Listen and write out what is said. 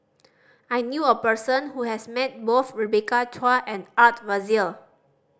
I knew a person who has met both Rebecca Chua and Art Fazil